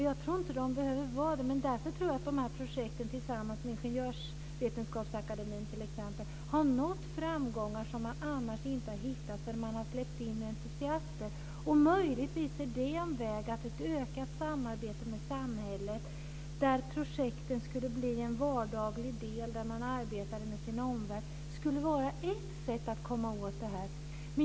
Jag tror inte att de behöver vara det. Men jag tror att de här projekten, t.ex. tillsammans med Ingenjörsvetenskapsakademien, därför har nått framgångar som man annars inte hade nått förrän man hade släppt in entusiaster. Möjligtvis skulle ett ökat samarbete med samhället, där projekten skulle bli en vardaglig del och där man arbetade med sin omvärld, vara ett sätt att komma åt det här.